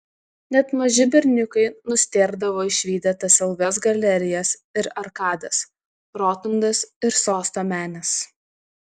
net maži berniukai nustėrdavo išvydę tas ilgas galerijas ir arkadas rotundas ir sosto menes